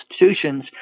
institutions